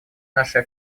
нашей